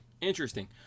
interesting